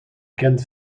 kent